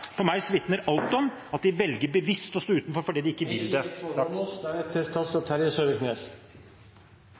For meg vitner alt om at de bevisst velger å stå utenfor fordi de ikke … Jeg skjønner hvor proppen ligger, når det